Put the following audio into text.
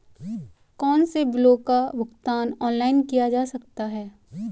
कौनसे बिलों का भुगतान ऑनलाइन किया जा सकता है?